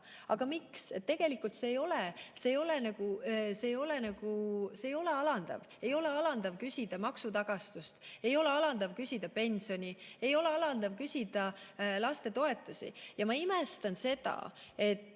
Aga miks? Tegelikult see ei ole alandav. Ei ole alandav küsida maksutagastust, ei ole alandav küsida pensioni, ei ole alandav küsida lastetoetusi. Ja ma imestan seda.